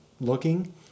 looking